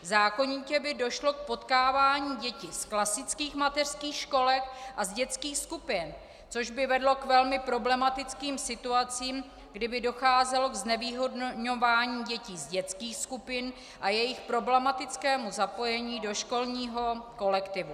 Zákonitě by došlo k potkávání dětí z klasických mateřských školek a z dětských skupin, což by vedlo k velmi problematickým situacím, kdy by docházelo ke znevýhodňování dětí z dětských skupin a jejich problematickému zapojení do školního kolektivu.